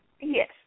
Yes